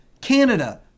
Canada